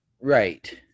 right